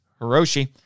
Hiroshi